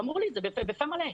ואמרו לי את זה בפה מלא,